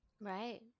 Right